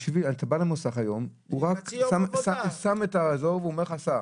אתה בא למוסך היום הוא רק שם את הזה ואומר לך סע.